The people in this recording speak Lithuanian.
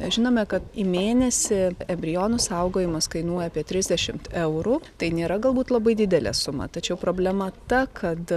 žinome kad į mėnesį embrionų saugojimas kainuoja apie trisdešimt eurų tai nėra galbūt labai didelė suma tačiau problema ta kad